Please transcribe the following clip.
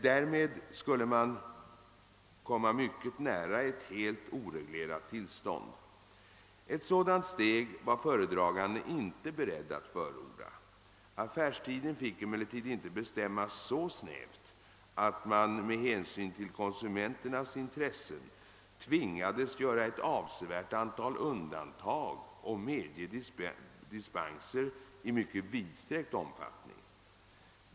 Därmed skulle man komma mycket nära ett helt oreglerat tillstånd. Ett sådant steg var föredraganden inte beredd att förorda. Affärstiden fick emellertid inte bestämmas så snävt, att man med hänsyn till konsumenternas intressen tvingades göra ett avsevärt antal undantag och medge dispenser i mycket vidsträckt omfattning.